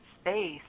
space